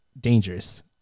dangerous